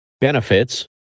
Benefits